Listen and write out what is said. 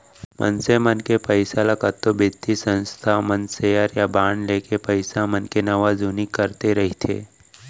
मनसे मन के पइसा ल कतको बित्तीय संस्था मन सेयर या बांड लेके पइसा मन के नवा जुन्नी करते रइथे